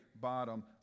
bottom